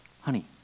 Honey